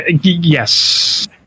yes